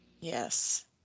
Yes